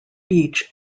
beach